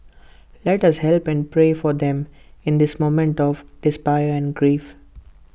let us help and pray for them in this moment of despair and grief